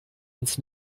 uns